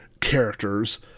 characters